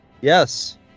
Yes